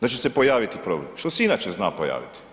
Da će se pojaviti problem, što se i inače zna pojaviti.